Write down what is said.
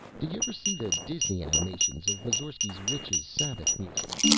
did you ever see the disney animations of moussorgsky's witches' sabbath music?